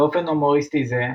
באופן הומוריסטי זה,